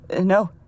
No